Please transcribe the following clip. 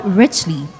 richly